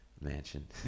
mansion